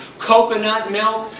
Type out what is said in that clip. coconut milk,